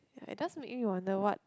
ya it does make you wonder what